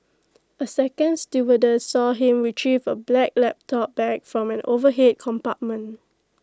A second stewardess saw him Retrieve A black laptop bag from an overhead compartment